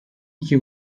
iki